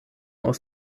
aus